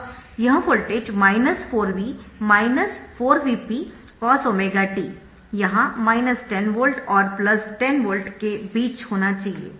अब यह voltage 4V 4Vp cos⍵tयहाँ 10 V और 10 V के बीच होना चाहिए